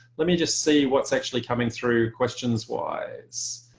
let me just see what's actually coming through questions wise,